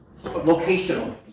Locational